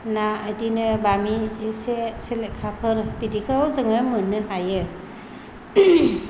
ना बिदिनो बामि इसे सेलेखाफोर बिदिखौ जोङो मोननो हायो